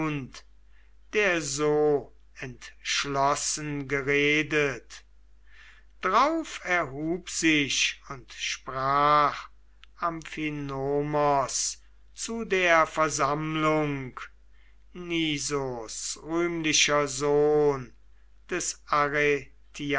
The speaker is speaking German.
der so entschlossen geredet drauf erhub sich und sprach amphinomos zu der versammlung nisos rühmlicher sohn des